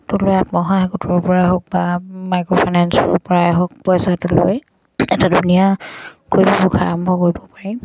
কোনো আত্মসহায়ক গোটোৰ পৰাই হওক বা মাইক্ৰ'ফাইনেন্সৰ পৰাই হওক পইচাটো লৈ এটা ধুনীয়াকৈ আৰম্ভ কৰিব পাৰি